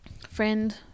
Friend